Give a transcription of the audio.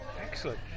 excellent